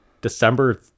December